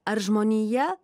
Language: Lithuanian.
ar žmonija